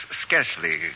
scarcely